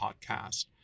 podcast